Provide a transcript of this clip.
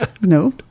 No